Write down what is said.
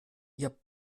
ihr